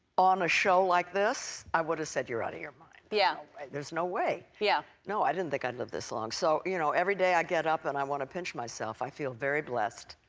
on a show like this, i would have said, you're out of your mind. yeah there's no way. yeah no, i didn't think i'd live this long. so you know every day i get up and i want to pinch myself. i feel very blessed,